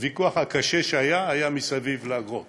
הוויכוח הקשה שהיה, היה סביב האגרות.